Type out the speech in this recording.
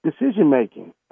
Decision-making